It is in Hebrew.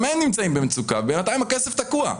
הם נמצאים במצוקה ובינתיים הכסף תקוע.